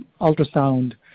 ultrasound